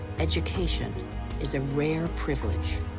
education is a rare privilege.